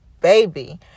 baby